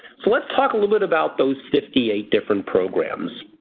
so let's talk a little bit about those fifty eight different programs.